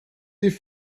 sie